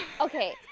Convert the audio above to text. Okay